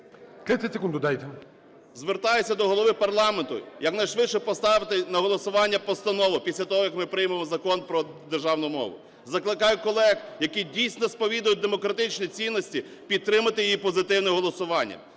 30 секунд додайте. БУРБАК М.Ю. Звертаюся до Голови парламенту якнайшвидше поставити на голосування постанову після того, як ми приймемо Закон про державну мову. Закликаю колег, які, дійсно, сповідують демократичні цінності, підтримати її позитивним голосуванням.